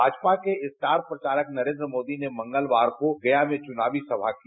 भाजपा के स्टारक प्रचारक नरेंद्र मोदी ने मंगलवार को गया में चुनावी सभा की